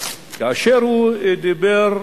כאשר הוא אמר,